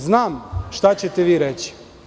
Znam šta ćete vi reći.